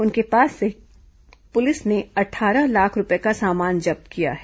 उनके पास से पुलिस ने अट्ठारह लाख रूपये का सामान जब्त किया है